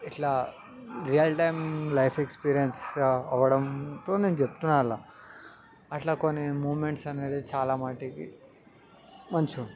ఇట్లా real time life experience అవ్వడంతో నేను చెప్తున్నా అలా అట్లా కొన్ని మూమెంట్స్ అనేవి చాలా మట్టుకి మంచిగా ఉంటాయి